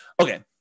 Okay